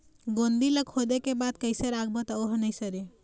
गोंदली ला खोदे के बाद कइसे राखबो त ओहर नई सरे?